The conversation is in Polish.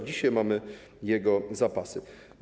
Dzisiaj mamy jego zapasy.